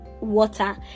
water